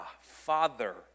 Father